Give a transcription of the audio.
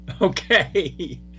Okay